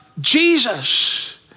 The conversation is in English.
Jesus